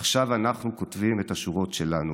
עכשיו אנחנו כותבים את השורות שלנו.